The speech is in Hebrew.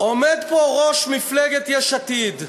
עומד פה ראש מפלגת יש עתיד,